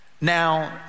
Now